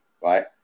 Right